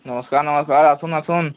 ନମସ୍କାର୍ ନମସ୍କାର୍ ଆସୁନ୍ ଆସୁନ୍